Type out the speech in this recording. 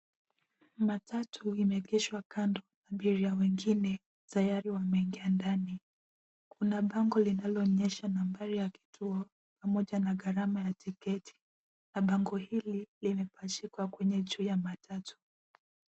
Matatu imeegeshwa kando na abiria wengine tayari wameingia ndani. Kuna bango linaloonyesha nambari ya kituo pamoja na gharama ya tiketi, na bango hili limepachikwa kwenye juu ya matatu.